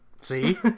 see